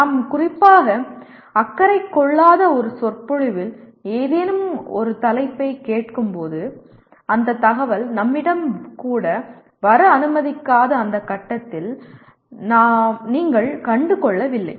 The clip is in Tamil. நாங்கள் குறிப்பாக அக்கறை கொள்ளாத ஒரு சொற்பொழிவில் ஏதேனும் ஒரு தலைப்பைக் கேட்கும்போது அந்தத் தகவல் நம்மிடம் கூட வர அனுமதிக்காத அந்த கட்டத்தில் நீங்கள் கண்டு கொள்ளவில்லை